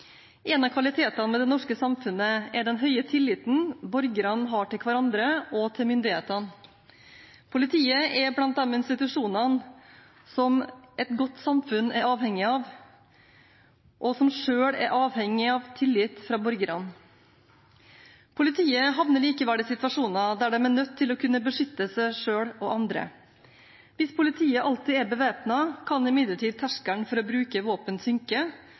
En av kvalitetene ved det norske samfunnet er den høye tilliten borgerne har til hverandre og til myndighetene. Politiet er blant de institusjonene som et godt samfunn er avhengig av, og som selv er avhengig av tillit fra borgerne. Politiet havner likevel i situasjoner der de er nødt til å kunne beskytte seg selv og andre. Hvis politiet alltid er bevæpnet, kan imidlertid terskelen for å bruke våpen synke